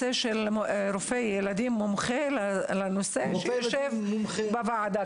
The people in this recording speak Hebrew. קרדיולוג ילדים מומחה לנושא צריך לשבת בוועדה.